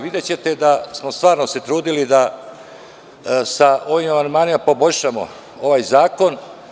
Videćete da smo se stvarno trudili da sa ovim amandmanima poboljšamo ovaj zakon.